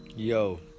Yo